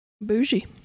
Bougie